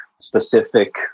specific